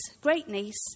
great-niece